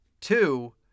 two